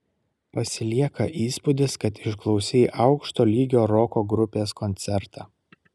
pasilieka įspūdis kad išklausei aukšto lygio roko grupės koncertą